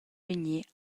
vegnir